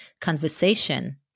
conversation